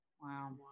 Wow